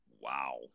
Wow